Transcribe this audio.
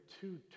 two